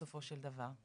בסופו של דבר.